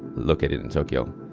located in tokyo.